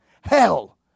Hell